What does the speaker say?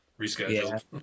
Rescheduled